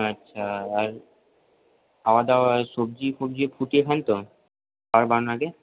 আচ্ছা আর খাওয়া দাওয়া সবজি ফবজি ফুটিয়ে খান তো খাবার বানালে